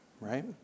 right